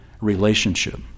relationship